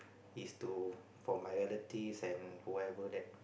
is to for my relatives and whoever that